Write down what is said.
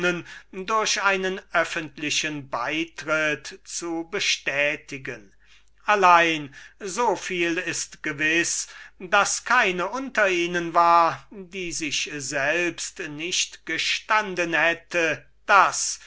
durch ihren öffentlichen beitritt zu bestätigen allein soviel ist gewiß daß keine unter ihnen war die sich selbst nicht gestanden hätte daß